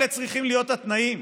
אלה צריכים להיות התנאים.